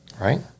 right